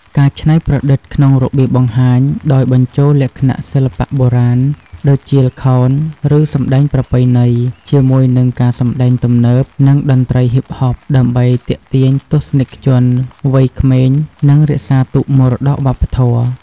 ការច្នៃប្រឌិតក្នុងរបៀបបង្ហាញ ដោយបញ្ចូលលក្ខណៈសិល្បៈបុរាណ ដូចជា ល្ខោន ឬសម្តែងប្រពៃណី ជាមួយនឹងការសម្តែងទំនើប និងតន្ត្រីហ៊ីបហប ដើម្បីទាក់ទាញទស្សនិកជន វ័យក្មេង និងរក្សាទុកមរតកវប្បធម៌។